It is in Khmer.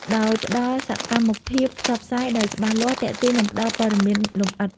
ដោយផ្តល់សកម្មភាពផ្សព្វផ្សាយដែលច្បាស់លាស់ ទាក់ទាញ និងផ្តល់ព័ត៌មានលម្អិត